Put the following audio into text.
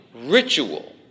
ritual